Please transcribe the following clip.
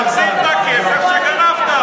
תחזיר את הכסף שגנבת.